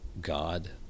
God